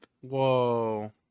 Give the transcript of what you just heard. Whoa